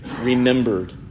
remembered